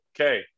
Okay